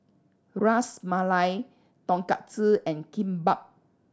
Ras Malai Tonkatsu and Kimbap